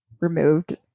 removed